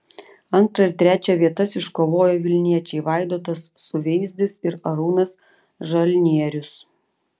antrą ir trečią vietas iškovojo vilniečiai vaidotas suveizdis ir arūnas žalnierius